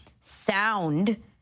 sound